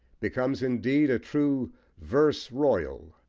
becomes indeed a true verse royal,